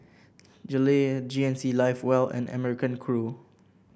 Gillette G N C Live Well and American Crew